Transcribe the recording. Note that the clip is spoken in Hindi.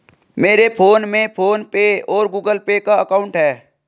मेरे फोन में फ़ोन पे और गूगल पे का अकाउंट है